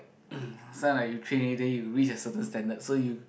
sound like you train already then you reach a certain standard so you